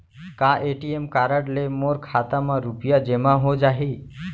का ATM card ले मोर खाता म रुपिया जेमा हो जाही?